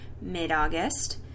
mid-August